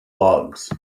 logs